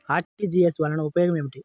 RTGS వలన ఉపయోగం ఏమిటీ?